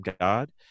God